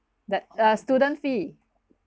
that uh student fee